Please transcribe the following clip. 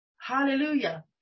Hallelujah